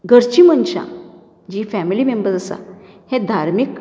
घरची मनशां जी फॅमीली मेंम्बर्स आसा हे धार्मीक